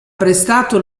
prestato